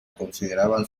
consideraban